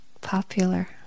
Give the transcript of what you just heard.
popular